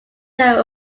their